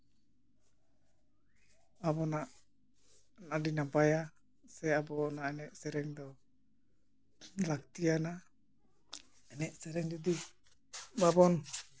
ᱟᱵᱚᱱᱟᱜ ᱟᱹᱰᱤ ᱱᱟᱯᱟᱭᱟ ᱥᱮ ᱟᱵᱚ ᱱᱚᱣᱟ ᱮᱱᱮᱡ ᱥᱮᱨᱮᱧ ᱫᱚ ᱞᱟᱹᱠᱛᱤᱭᱟᱱᱟ ᱮᱱᱮᱡ ᱥᱮᱨᱮᱧ ᱡᱩᱫᱤ ᱵᱟᱵᱚᱱ